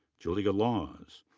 julia laws.